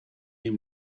near